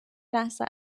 لحظه